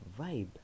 vibe